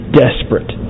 desperate